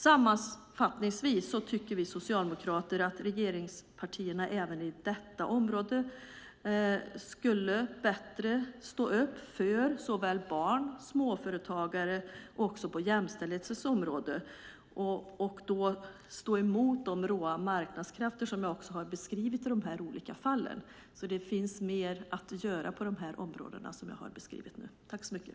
Sammanfattningsvis tycker vi socialdemokrater att regeringspartierna även på detta område på ett bättre sätt skulle stå upp för såväl barn som småföretagare men också på jämställdhetens område och stå emot de råa marknadskrafter som jag också har beskrivit i dessa olika fall. Det finns alltså mer att göra på de områden som jag här har beskrivit.